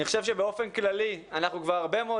אני חושב שבאופן כללי אנחנו כבר הרבה מאוד